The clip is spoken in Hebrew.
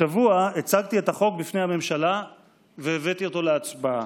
השבוע הצגתי את החוק בפני הממשלה והבאתי אותו להצבעה.